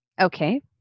Okay